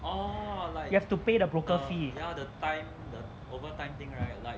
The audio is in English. you have to pay the broker fees